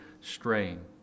straying